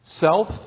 self